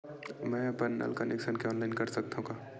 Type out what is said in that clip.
मैं अपन नल कनेक्शन के ऑनलाइन कर सकथव का?